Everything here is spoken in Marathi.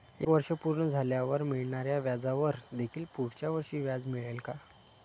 एक वर्ष पूर्ण झाल्यावर मिळणाऱ्या व्याजावर देखील पुढच्या वर्षी व्याज मिळेल का?